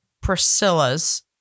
Priscilla's